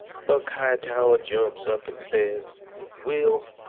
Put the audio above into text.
buck hightower jumps up and says will,